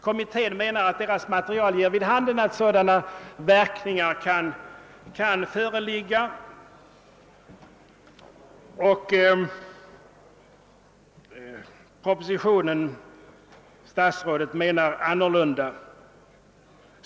Kommittén menar att dess material ger vid handen att sådana verkningar kan föreligga, men statsrådet menar annorlunda.